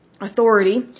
authority